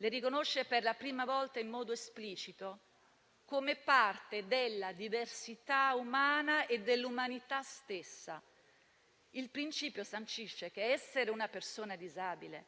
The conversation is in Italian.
le riconosce per la prima volta in modo esplicito come parte della diversità umana e dell'umanità stessa. Il principio sancisce che essere una persona disabile